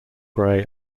grey